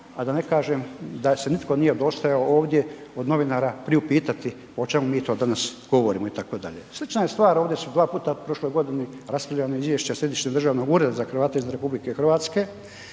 a da ne kažem da se nitko nije udostojao ovdje od novinara priupitati o čemu mi to danas govorimo itd. Slična je stvar, ovdje su dva puta u prošloj godini raspravljana izvješća Središnjeg državnog ureda za Hrvate izvan